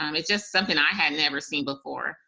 um it's just something i had never seen before.